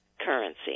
currency